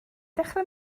dechrau